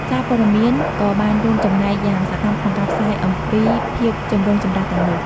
សារព័ត៌មានក៏បានរួមចំណែកយ៉ាងសកម្មក្នុងការផ្សាយអំពីភាពចម្រូងចម្រាសទាំងនោះ។